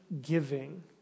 giving